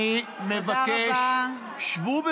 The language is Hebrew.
אני מבקש, שבו,